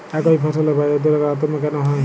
একই ফসলের বাজারদরে তারতম্য কেন হয়?